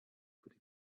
could